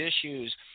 issues